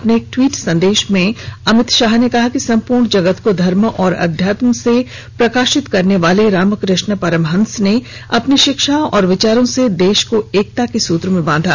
अपने एक ट्वीट सन्देश में अमित शाह ने कहा कि सम्पूर्ण जगत को धर्म और अध्यात्म से प्रकाशित करने वाले रामकृष्ण परमहंस ने अपनी शिक्षा व विचारों से देश को एकता के सुत्र में बांधा